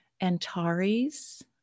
Antares